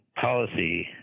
policy